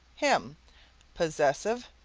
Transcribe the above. him possessive,